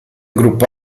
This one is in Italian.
gruppo